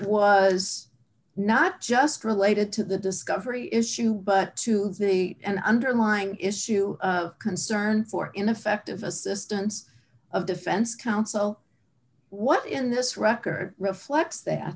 was not just related to the discovery issue but to an underlying issue concern for ineffective assistance of defense counsel what in this record reflects that